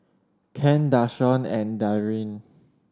Ken Dashawn and Darryn